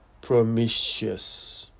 promiscuous